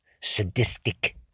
sadistic